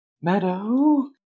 Meadow